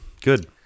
Good